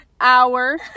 hour